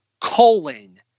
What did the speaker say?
Colon